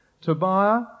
Tobiah